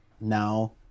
now